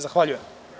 Zahvaljujem.